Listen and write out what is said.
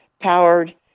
powered